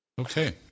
Okay